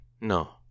No